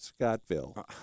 Scottville